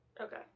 okay